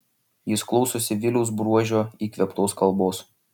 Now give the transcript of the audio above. jis klausosi viliaus bruožio įkvėptos kalbos